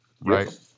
right